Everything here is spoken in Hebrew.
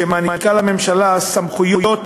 שמעניקה לממשלה סמכויות